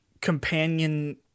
companion